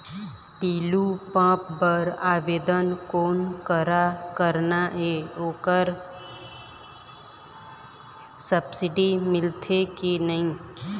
Tullu pump बर आवेदन कोन करा करना ये ओकर सब्सिडी मिलथे की नई?